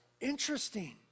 Interesting